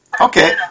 Okay